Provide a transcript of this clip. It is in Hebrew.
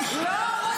--- היא לא יכולה.